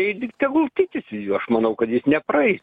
tai tegul tikisi jie aš manau kad jis nepraeis